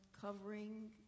covering